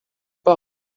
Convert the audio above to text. pas